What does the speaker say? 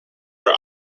are